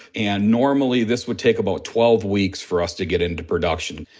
and normally, this would take about twelve weeks for us to get into production.